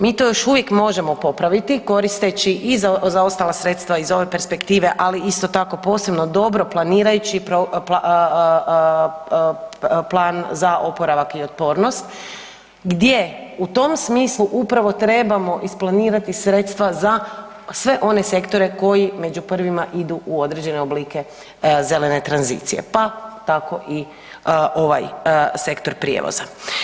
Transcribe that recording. Mi to još uvijek možemo popraviti koristeći i zaostala sredstva iz ove perspektive, ali isto tako posebno dobro planirajući plan za oporavak i otpornost gdje u tom smislu upravo trebamo isplanirati sredstva za sve one sektore koji među prvima idu u određene oblike zelene tranzicije pa tako i ovaj Sektor prijevoza.